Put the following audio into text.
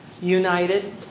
united